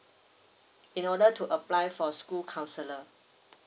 in order to apply for school counselor